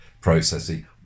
processing